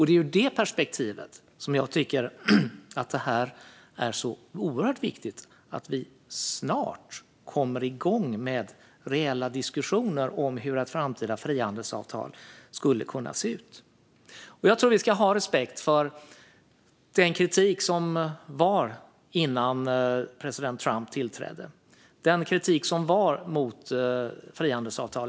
Det är ur detta perspektiv jag tycker att det är oerhört viktigt att vi snart kommer igång med reella diskussioner om hur ett framtida frihandelsavtal skulle kunna se ut. Jag tror att vi ska ha respekt för den kritik mot frihandelsavtalet TTIP som fanns innan president Trump tillträdde.